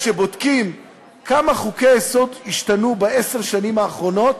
כשבודקים כמה חוקי-יסוד השתנו בעשר השנים האחרונות,